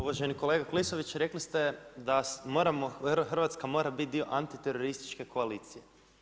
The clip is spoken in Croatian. Uvaženi kolega Klisović rekli ste da moramo, da Hrvatska mora biti dio antiterorističke koalicije.